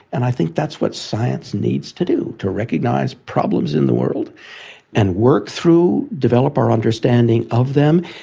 and i think that's what science needs to do, to recognise problems in the world and work through, develop our understanding of them,